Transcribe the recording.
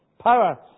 power